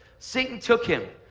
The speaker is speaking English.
satan took him.